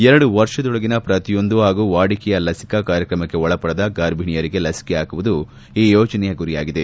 ಎರಡು ವರ್ಷದೊಳಗಿನ ಪ್ರತಿಯೊಂದು ಹಾಗೂ ವಾಡಿಕೆಯ ಲಸಿಕಾ ಕಾರ್ಯಕ್ರಮಕ್ಕೆ ಒಳಪಡದ ಗರ್ಭಣೆಯರಿಗೆ ಲಸಿಕೆ ಹಾಕುವುದು ಈ ಯೋಜನೆಯ ಗುರಿಯಾಗಿದೆ